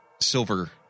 silver